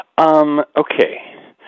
Okay